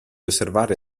osservare